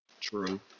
True